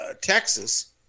Texas